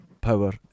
power